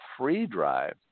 FreeDrive